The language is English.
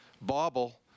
bobble